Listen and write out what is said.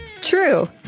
True